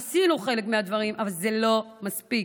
עשינו חלק מהדברים, אבל זה לא מספיק.